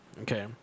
Okay